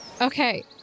Okay